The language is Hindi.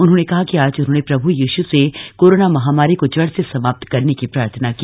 उन्होंने कहा की आज उन्होने प्रभु यीशु से कोरोना महामारी को जड़ से समाप्त करने की प्रार्थना की